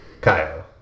Kyle